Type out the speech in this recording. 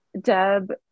Deb